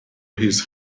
his